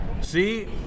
See